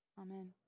Amen